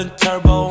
turbo